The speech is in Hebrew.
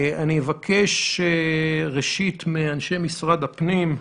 אבקש ראשית מאנשי משרד הפנים,